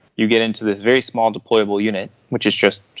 you get into this very small deployable unit, which is just,